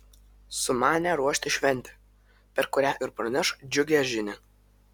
sumanė ruošti šventę per kurią ir praneš džiugią žinią